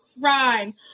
crime